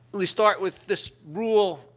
we start with, this rule,